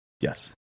Yes